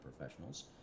Professionals